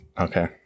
okay